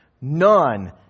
none